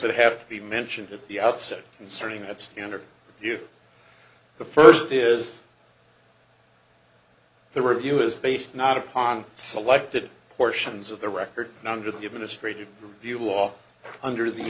that have to be mentioned at the outset concerning that standard the first is the review is based not upon selected portions of the record number of the administrative review of law under the